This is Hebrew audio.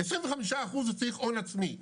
25 אחוז הוא צריך הון עצמי,